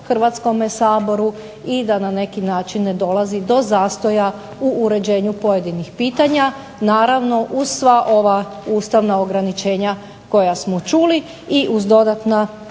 Hrvatskome saboru, i da na neki način ne dolazi do zastoja u uređenju pojedinih pitanja, naravno uz sva ova ustavna ograničenja koja smo čuli, i uz dodatna